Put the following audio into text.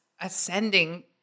ascending